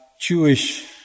Jewish